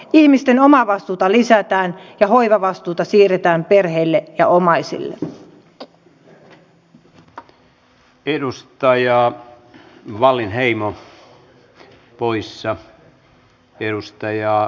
ihmisten omavastuuta lisätään ja hoivavastuuta siirretään perheille ja omaisille